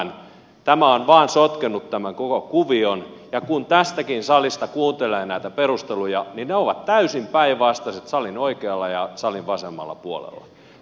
tämä on vain sotkenut tämän koko kuvion ja kun tässäkin salissa kuuntelee näitä perusteluja niin ne ovat täysin päinvastaiset salin oikealla ja salin vasemmalla puolella